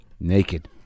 Naked